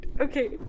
okay